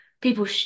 people